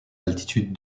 altitudes